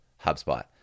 HubSpot